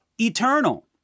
eternal